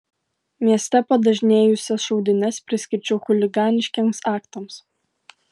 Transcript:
mieste padažnėjusias šaudynes priskirčiau chuliganiškiems aktams